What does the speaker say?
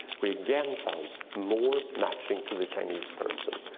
we again found more matching to the chinese person.